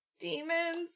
Demons